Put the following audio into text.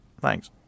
Thanks